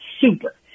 super